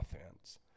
offense